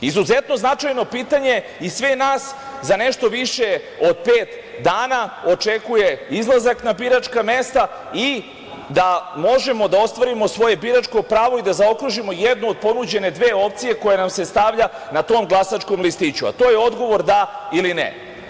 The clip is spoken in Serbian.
Izuzetno značajno pitanje i sve nas za nešto više od pet dana očekuje izlazak na biračka mesta i da možemo da ostvarimo svoje biračko pravo i da zaokružimo jednu od ponuđene dve opcije koja nam se stavlja na tom glasačkom listiću, a to je odgovor „da“ ili „ne“